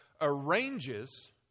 arranges